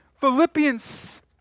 Philippians